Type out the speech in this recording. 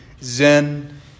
Zen